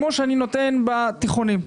כמו שהוא נותן בתיכוניים.